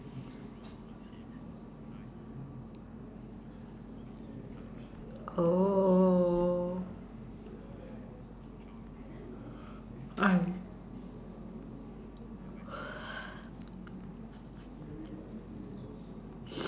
oh uh